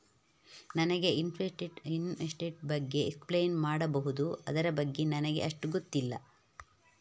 ನನಗೆ ಇನ್ವೆಸ್ಟ್ಮೆಂಟ್ ಬಗ್ಗೆ ಎಕ್ಸ್ಪ್ಲೈನ್ ಮಾಡಬಹುದು, ಅದರ ಬಗ್ಗೆ ನನಗೆ ಅಷ್ಟು ಗೊತ್ತಿಲ್ಲ?